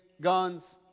guns